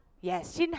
yes